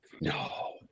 No